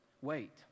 wait